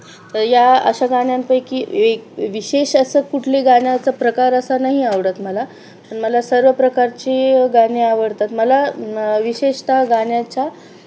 तर या अशा गाण्यांपैकी एक विशेष असं कुठले गाण्याचा प्रकार असा नाही आवडत मला पण मला सर्व प्रकारची गाणे आवडतात मला विशेषतः गाण्याच्या